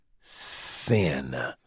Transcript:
sin